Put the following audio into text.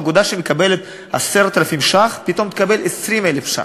אגודה שמקבלת 10,000 ש"ח פתאום תקבל 20,000 ש"ח,